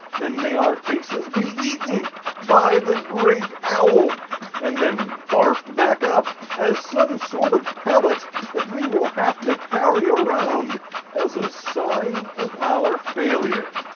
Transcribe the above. then may our faces be eaten by the great owl and then barfed back up as some sort of pellet that we will have to carry around as a sign of our failure.